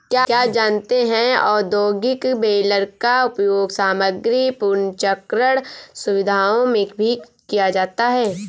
क्या आप जानते है औद्योगिक बेलर का उपयोग सामग्री पुनर्चक्रण सुविधाओं में भी किया जाता है?